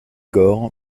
gore